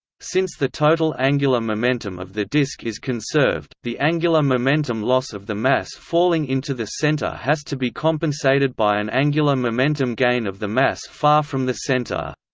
since the total angular momentum of the disk is conserved, the angular momentum loss of the mass falling into the center has to be compensated by an angular momentum gain of the mass far from the center.